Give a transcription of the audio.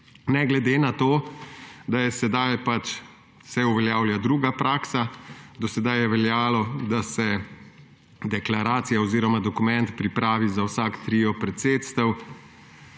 ne glede na to, da se sedaj uveljavlja druga praksa. Do sedaj je veljalo, da se deklaracija oziroma dokument pripravi za vsak trio predsedstev.